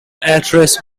actress